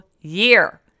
year